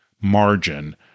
margin